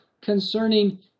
concerning